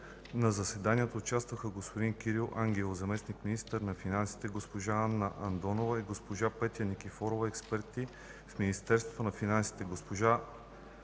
В заседанието участваха господин Кирил Ананиев – заместник-министър на финансите, госпожа Анна Андонова и госпожа Петя Никифорова – експерти в Министерството на финансите,